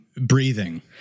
breathing